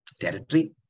territory